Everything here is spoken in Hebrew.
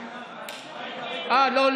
אה, לא,